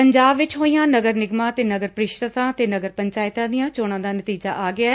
ਪੰਜਾਬ ਵਿਚ ਹੋਈਆਂ ਨਗਰ ਨਿਗਮਾਂ ਤੇ ਨਗਰ ਪਰਿਸ਼ਦਾ ਤੇ ਨਗਰ ਪੰਚਾਇਤਾਂ ਦੀਆਂ ਚੋਣਾਂ ਦਾ ਨਤੀਜਾ ਆ ਗਿਐ